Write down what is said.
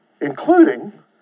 including